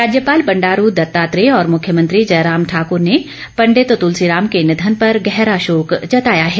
राज्यपाल बंडारू दत्तात्रेय और मुख्यमंत्री जयराम ठाकर ने पंडित तुलसीराम के निधन पर गहरा शोक जताया है